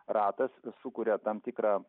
ratas sukuria tam tikrą